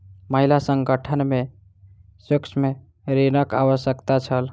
महिला संगठन के सूक्ष्म ऋणक आवश्यकता छल